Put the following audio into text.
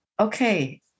okay